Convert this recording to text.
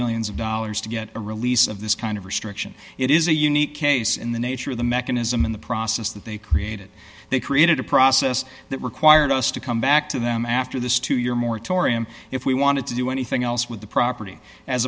millions of dollars to get a release of this kind of restriction it is a unique case in the nature of the mechanism in the process that they created they created a process that required us to come back to them after this two year moratorium if we wanted to do anything else with the property as